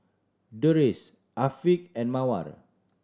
Deris Afiq and Mawar